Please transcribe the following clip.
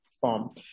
form